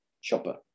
shopper